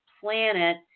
planet